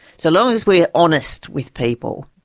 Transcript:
so long as we are honest with people.